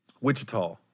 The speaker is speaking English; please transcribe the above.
Wichita